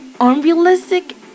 unrealistic